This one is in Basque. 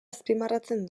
azpimarratzen